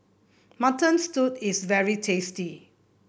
Mutton Stew is very tasty